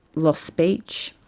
lost speech.